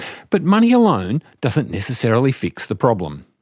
but money alone doesn't necessarily fix the problem.